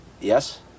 Yes